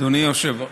אדוני היושב-ראש,